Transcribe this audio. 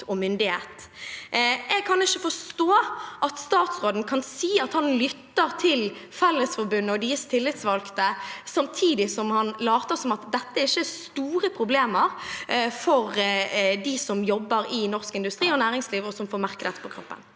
og myndighet. Jeg kan ikke forstå at statsråden kan si at han lytter til Fellesforbundet og deres tillitsvalgte, samtidig som han later som at dette ikke er store problemer for dem som jobber i norsk industri og næringsliv, og som får merke dette på kroppen.